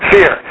Fear